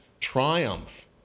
triumph